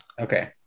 Okay